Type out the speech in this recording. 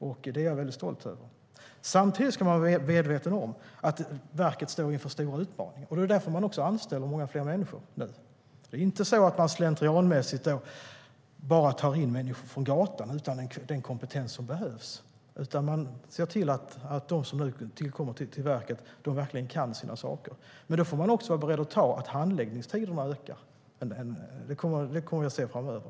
Och det är jag stolt över. Man ska samtidigt vara medveten om att verket står inför stora utmaningar. Det är också därför som många fler anställs nu. Det är inte på det sättet att verket slentrianmässigt tar in människor från gatan utan den kompetens som behövs. De ser till att de som nu kommer till verket verkligen kan sina saker. Men då får vi också vara beredda på att handläggningstiderna förlängs. Det kommer vi att se framöver.